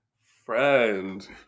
Friend